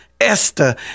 Esther